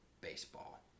baseball